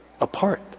apart